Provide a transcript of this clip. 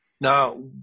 Now